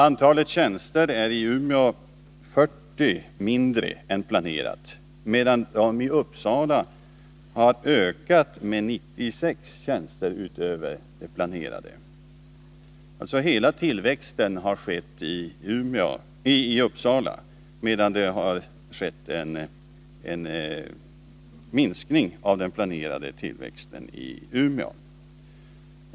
Antalet tjänster är i Umeå 40 mindre än planerat, medan de i Uppsala har ökat med 96 tjänster utöver det planerade antalet. Hela tillväxten har alltså skett i Uppsala, medan det har skett en minskning av den planerade tillväxten i Umeå.